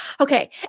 Okay